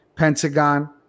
Pentagon